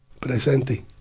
Presente